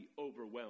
overwhelmed